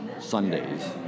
Sundays